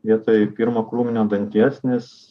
vietoj pirmo krūminio danties nes